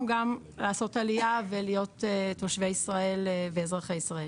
גם לעשות עליה ולהיות תושבי ישראל ואזרחי ישראל.